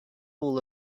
all